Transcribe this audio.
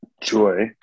joy